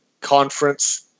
conference